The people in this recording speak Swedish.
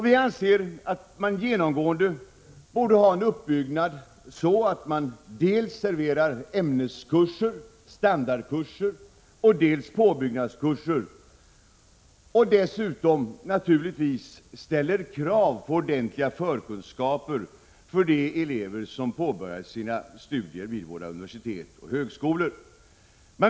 Vi anser att uppbyggnaden genomgående borde vara sådan att man dels serverar ämneskurser, standardkurser, dels påbyggnadskurser och dessutom naturligtvis ställer krav på ordentliga förkunskaper hos de elever som påbörjar sina studier vid universitet och högskolor.